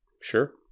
Sure